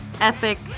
epic